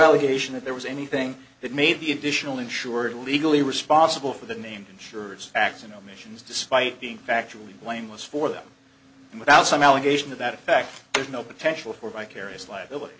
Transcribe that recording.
allegation that there was anything that made the additional insured legally responsible for the name insurers act and omissions despite being factually blameless for them and without some allegation to that effect there's no potential for vicarious liability